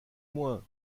moins